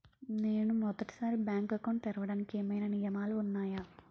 నేను మొదటి సారి బ్యాంక్ అకౌంట్ తెరవడానికి ఏమైనా నియమాలు వున్నాయా?